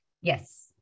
Yes